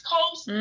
Coast